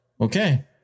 okay